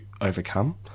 overcome